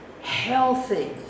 healthy